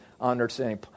understanding